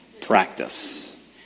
practice